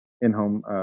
in-home